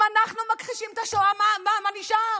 אם אנחנו מכחישים את השואה, מה נשאר?